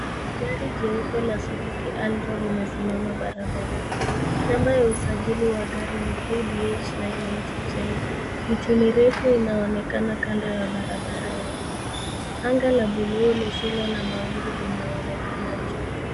Gari jeupe la "Suzuki Alto", limesimama barabarani. Namba ya usajili wa gari ni "KDH 990J". Miti mirefu inaonekana kando ya barabara ya vumbi. Anga la bluu lisilo na mawingu, linaonekana juu.